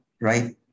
right